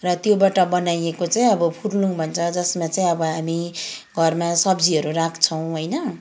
र त्योबाट बनाइएको चाहिँ अब फुर्लुङ भन्छ जसमा चाहिँ अब हामी घरमा सब्जीहरू राख्छौँ होइन